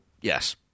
yes